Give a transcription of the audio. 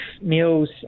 meals